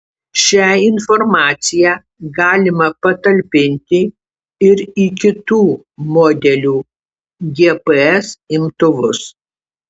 šią informaciją galima patalpinti ir į kitų modelių gps imtuvus